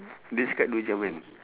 dia cakap dua jam kan